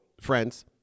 friends